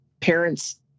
parents